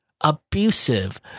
abusive